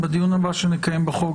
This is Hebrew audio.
בדיון הבא שנקיים בחוק,